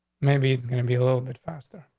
maybe it's gonna be a little bit faster.